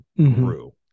grew